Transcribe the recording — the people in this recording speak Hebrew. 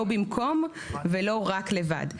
לא במקום ולא רק לבד.